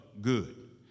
good